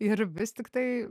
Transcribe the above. ir vis tiktai